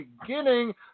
Beginning